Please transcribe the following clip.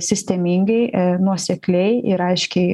sistemingai nuosekliai ir aiškiai